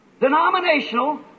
denominational